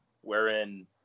wherein